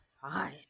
Fine